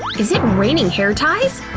is it raining hair ties?